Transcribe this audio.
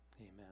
amen